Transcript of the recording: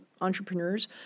entrepreneurs